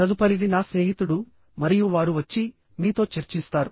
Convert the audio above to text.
తదుపరిది నా స్నేహితుడు మరియు వారు వచ్చి మీతో చర్చిస్తారు